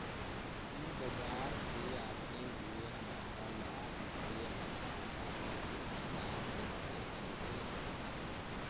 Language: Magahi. तु बाजार से आते हुए हमारा ला वित्तीय अर्थशास्त्र की किताब लेते अइहे